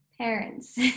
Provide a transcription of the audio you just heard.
parents